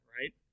right